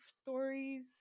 stories